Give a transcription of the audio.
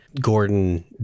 Gordon